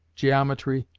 geometry,